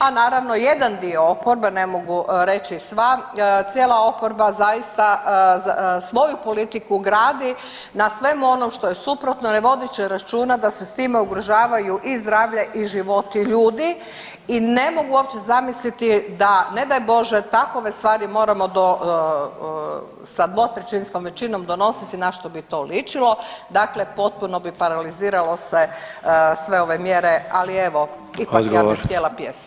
A naravno jedan dio oporbe ne mogu reć sva, cijela oporba zaista svoju politiku gradi na svemu onom što je suprotno ne vodeći računa da se s time ugrožavaju i zdravlje i životi ljudi i ne mogu uopće zamisliti da ne daj Bože takove stvari moramo do, sa dvotrećinskom većinom donositi na što bi to ličilo, dakle potpuno bi paraliziralo se sve ove mjere, ali evo ipak ja bi htjela pjesmu.